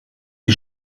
die